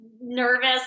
nervous